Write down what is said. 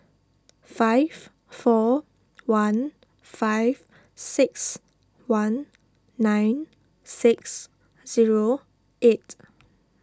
five four one five six one nine six zero eight